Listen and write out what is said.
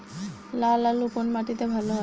লাল আলু কোন মাটিতে ভালো হয়?